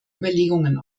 überlegungen